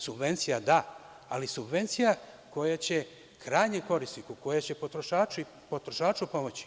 Subvencija da, ali subvencija koja će krajnjem korisniku, koja će potrošaču pomoći.